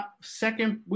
Second